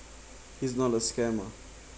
he's not a scammer